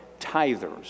tithers